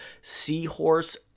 seahorse